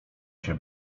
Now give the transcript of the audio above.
się